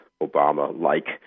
Obama-like